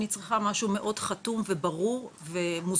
אני צריכה משהו מאוד חתום וברור ומוסדר